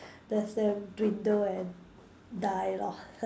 let them dwindle and die lor